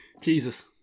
jesus